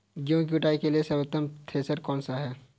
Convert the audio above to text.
गेहूँ की कुटाई के लिए सर्वोत्तम थ्रेसर कौनसा है?